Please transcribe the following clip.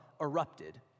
erupted